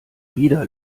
wieder